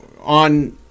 on